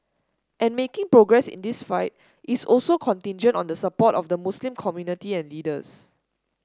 and making progress in this fight is also contingent on the support of the Muslim community and leaders